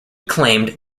claimed